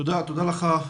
תודה רבה.